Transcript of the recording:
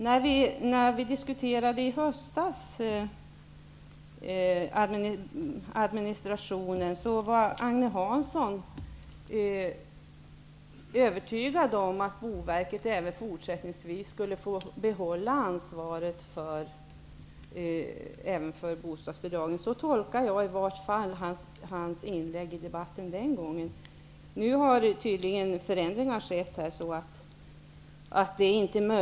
När vi i höstas diskuterade administrationen var Agne Hansson övertygad om att Boverket även fortsättningsvis skulle få behålla ansvaret för bostadsbidragen. Så tolkade jag i varje fall hans inlägg i debatten den gången. Nu har tydligen förändringar skett.